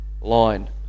line